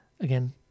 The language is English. again